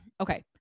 okay